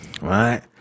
right